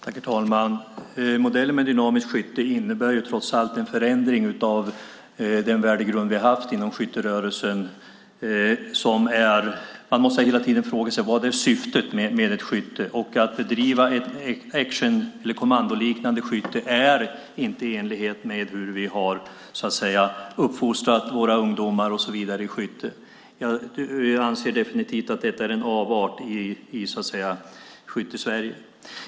Herr talman! Modellen med dynamiskt skytte innebär trots allt en förändring av den värdegrund vi har haft inom skytterörelsen. Man måste hela tiden fråga sig vad syftet är med en typ av skytte. Att bedriva kommandoliknande skytte är inte i enlighet med hur vi har uppfostrat våra ungdomar i skytte. Jag anser definitivt att detta är en avart i Skytte-Sverige.